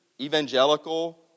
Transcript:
evangelical